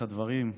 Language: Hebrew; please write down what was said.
בפתח הדברים,